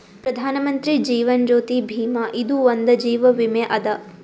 ಪ್ರಧಾನ್ ಮಂತ್ರಿ ಜೀವನ್ ಜ್ಯೋತಿ ಭೀಮಾ ಇದು ಒಂದ ಜೀವ ವಿಮೆ ಅದ